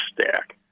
stack